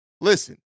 Listen